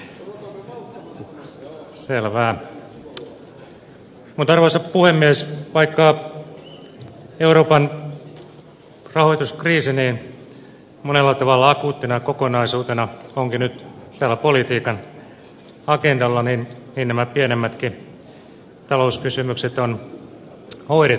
mutta arvoisa puhemies vaikka euroopan rahoituskriisi monella tavalla akuuttina kokonaisuutena onkin nyt tällä politiikan agendalla niin nämä pienemmätkin talouskysymykset on hoidettava